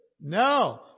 No